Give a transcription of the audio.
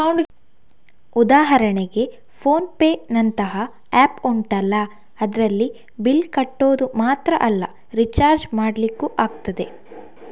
ಉದಾಹರಣೆಗೆ ಫೋನ್ ಪೇನಂತಹ ಆಪ್ ಉಂಟಲ್ಲ ಅದ್ರಲ್ಲಿ ಬಿಲ್ಲ್ ಕಟ್ಟೋದು ಮಾತ್ರ ಅಲ್ಲ ರಿಚಾರ್ಜ್ ಮಾಡ್ಲಿಕ್ಕೂ ಆಗ್ತದೆ